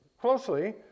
closely